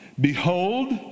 Behold